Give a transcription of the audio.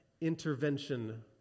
intervention